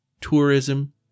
tourism